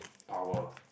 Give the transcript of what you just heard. power